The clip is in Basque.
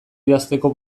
idazteko